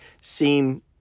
seem